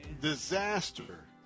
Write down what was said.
disaster